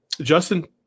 Justin